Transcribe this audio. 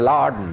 Lord